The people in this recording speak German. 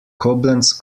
koblenz